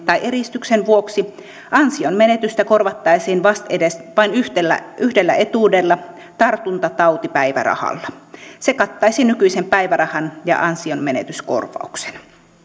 tai eristyksen vuoksi ansionmenetystä korvattaisiin vastedes vain yhdellä yhdellä etuudella tartuntatautipäivärahalla se kattaisi nykyisen päivärahan ja ansionmenetyskorvauksen